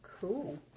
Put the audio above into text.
Cool